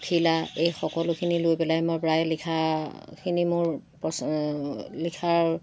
পখিলা এই সকলোখিনি লৈ পেলাই মই প্ৰায় লিখা খিনি মোৰ লিখাৰ